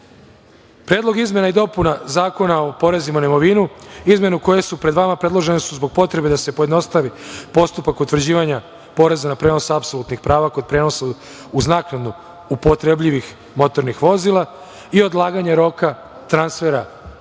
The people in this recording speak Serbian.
se. Predlog izmena i dopuna Zakona o porezima na imovinu, izmene koje su pred vama predložene su zbog potrebe da se pojednostavi postupak utvrđivanja poreza na prenos apsolutnih prava kod prenosa uz naknadnu upotrebljivih motornih vozila i odlaganje roka transfera obračuna